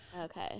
Okay